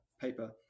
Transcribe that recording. paper